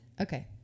Okay